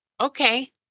Okay